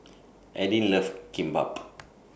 Aidyn loves Kimbap